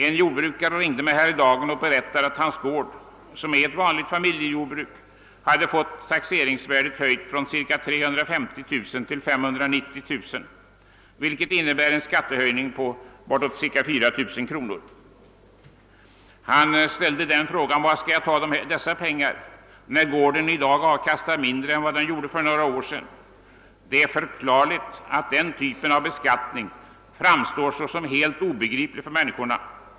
En jordbrukare ringde mig häromdagen och berättade att hans gård, som är ett vanligt familjejordbruk, hade fått taxeringsvärdet höjt från cirka 350 000 till 590 000, vilket innebär en skattehöjning på bortåt ca 4000 kronor. Han ställde frågan var han skulle ta dessa pengar, när gården i dag avkastar mindre än den gjorde för några år sedan. Det är förklarligt att den typen av beskattning framstår som helt obegriplig för människorna.